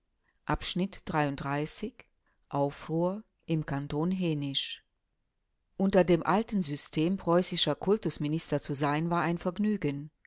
volks-zeitung august aufruhr im kanton hänisch unter dem alten system preußischer kultusminister zu sein war ein vergnügen